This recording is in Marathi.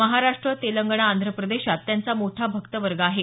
महाराष्ट्र तेलंगणा आंध्र प्रदेशात त्यांचा मोठा भक्त वर्ग आहे